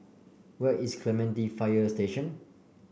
where is Clementi Fire Station